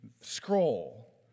scroll